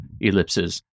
Ellipses